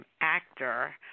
actor